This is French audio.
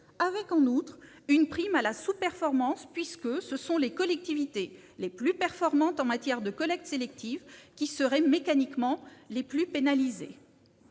avec, en outre, une prime à la sous-performance, puisque ce sont les collectivités les plus performantes en matière de collecte sélective qui seraient mécaniquement les plus pénalisées.